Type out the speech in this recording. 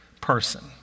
person